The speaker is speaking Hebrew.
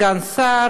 אדוני סגן השר,